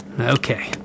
Okay